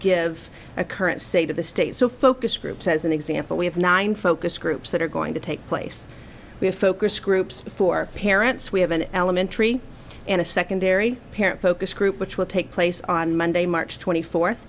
give a current state of the state so focus groups as an example we have nine focus groups that are going to take place we have focus groups for parents we have an elementary and a secondary parent focus group which will take place on monday march twenty fourth